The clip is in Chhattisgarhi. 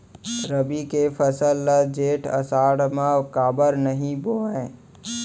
रबि के फसल ल जेठ आषाढ़ म काबर नही बोए?